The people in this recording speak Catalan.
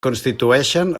constitueixen